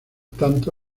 tanto